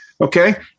Okay